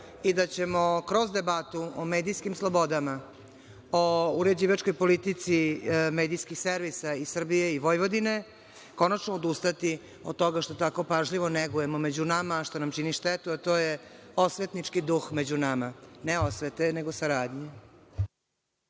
i da ćemo kroz debatu o medijskim slobodama, o uređivačkoj politici medijskih servisa i Srbije i Vojvodine, konačno odustati od toga što tako pažljivo negujemo među nama, što nam čini štetu, a to je osvetnički duh među nama. Ne osvete, nego saradnje.